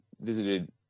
visited